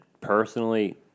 personally